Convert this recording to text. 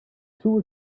too